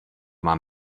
mám